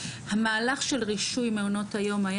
המהלך של רישוי מעונות היום היה,